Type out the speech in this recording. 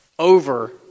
over